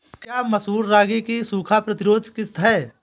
क्या मसूर रागी की सूखा प्रतिरोध किश्त है?